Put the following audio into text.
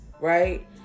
right